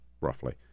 roughly